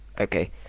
Okay